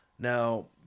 Now